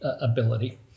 ability